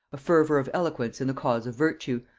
a fervor of eloquence in the cause of virtue,